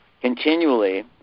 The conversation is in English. Continually